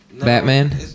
Batman